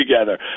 together